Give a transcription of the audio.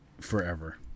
forever